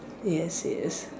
yes yes